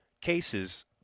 cases